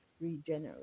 regenerate